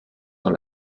dans